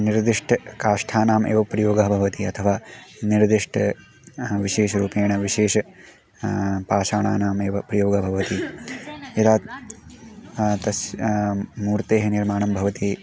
निर्दिष्टकाष्ठानाम् एव प्रयोगः भवति अथवा निर्दिष्टं विशेषरूपेण विशेषं पाषाणानामेव प्रयोगः भवति यदा तस्य मूर्तेः निर्माणं भवति